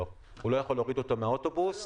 18. עבירה מנהלית עבירה על הוראה מההוראות המפורטות בטור